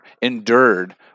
endured